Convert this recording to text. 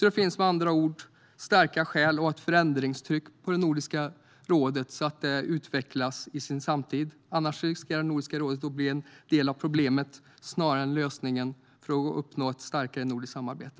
Det finns med andra ord starka skäl att hålla ett förändringstryck på Nordiska rådet så att det utvecklas med sin samtid, annars riskerar Nordiska rådet att bli en del av problemet snarare än lösningen för att uppnå ett starkare nordiskt samarbete.